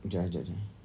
jap eh jap jap